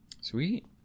Sweet